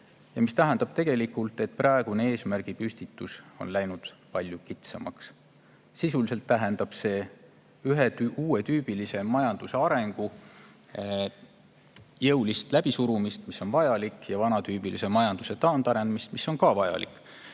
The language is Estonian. See tähendab tegelikult, et praegune eesmärgi püstitus on läinud palju kitsamaks. Sisuliselt tähendab see ühe uuetüübilise majanduse arengu jõulist läbisurumist, mis on vajalik, ja vanatüübilise majanduse taandarenemist, mis on ka vajalik.